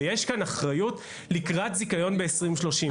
ויש כאן אחריות לקראת זיכיון ב-2030.